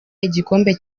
igikombe